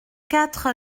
quatre